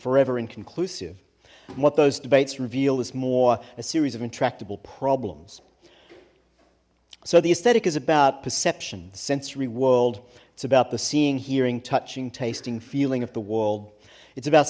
forever inconclusive and what those debates reveal is more a series of intractable problems so the aesthetic is about perception the sensory world it's about the seeing hearing touching tasting feeling of the world it's about